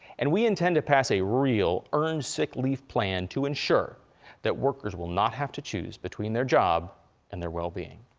and we intend to pass a real earned sick leave plan to ensure that workers will not have to choose between their job and their well-being.